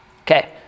Okay